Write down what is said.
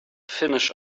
finish